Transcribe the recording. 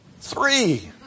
Three